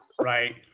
right